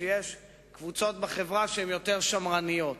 יש קבוצות בחברה שהן יותר שמרניות,